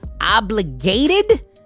obligated